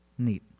Neat